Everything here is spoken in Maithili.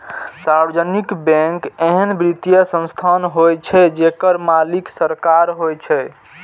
सार्वजनिक बैंक एहन वित्तीय संस्थान होइ छै, जेकर मालिक सरकार होइ छै